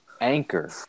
Anchor